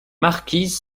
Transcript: marquise